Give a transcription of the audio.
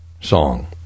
song